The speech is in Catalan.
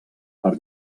per